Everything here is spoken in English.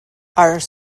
are